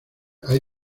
hay